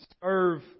serve